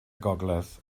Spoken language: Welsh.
gogledd